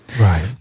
Right